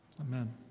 Amen